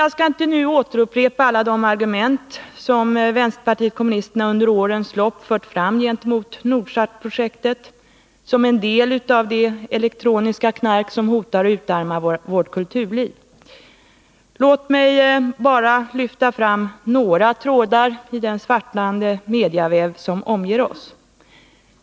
Jag skall inte nu upprepa alla de argument som vänsterpartiet kommunisterna under årens lopp fört fram gentemot Nordsatprojektet som en del av det elektroniska knark som hotar att utarma vårt kulturliv. Låt mig bara lyfta fram några trådar i den svartnande mediaväv som omger oss.